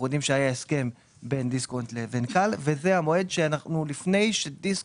יודעים שהיה הסכם בין דיסקונט לבין כאל וזה המועד - אנחנו מחפשים